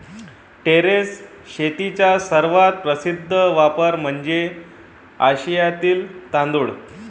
terrace शेतीचा सर्वात प्रसिद्ध वापर म्हणजे आशियातील तांदूळ